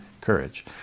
courage